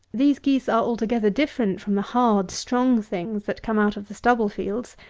these geese are altogether different from the hard, strong things that come out of the stubble fields,